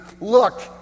look